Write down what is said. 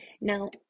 Now